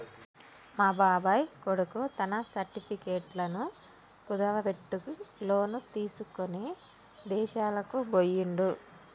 మా బాబాయ్ కొడుకు తన సర్టిఫికెట్లను కుదువబెట్టి లోను తీసుకొని ఇదేశాలకు బొయ్యిండు